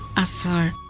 s a